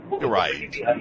Right